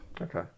Okay